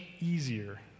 easier